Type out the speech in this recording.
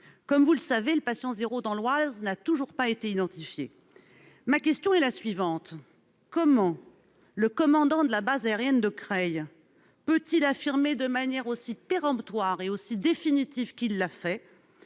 Comme vous le savez, le patient zéro de l'Oise n'a toujours pas été identifié. Ma question est la suivante : comment le commandant de la base aérienne de Creil peut-il affirmer de manière aussi péremptoire et définitive que « le patient